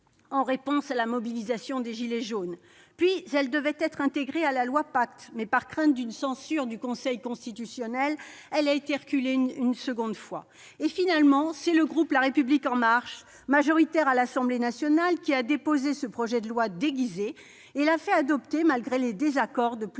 en réponse à la mobilisation des « gilets jaunes ». Puis, elle devait être intégrée au projet de loi Pacte. De crainte d'une censure du Conseil constitutionnel, elle a été reculée une seconde fois. C'est finalement le groupe La République En Marche, majoritaire à l'Assemblée nationale, qui a déposé ce projet de loi déguisé et l'a fait adopter, malgré les désaccords de plusieurs